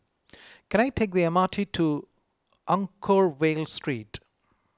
can I take the M R T to Anchorvale Street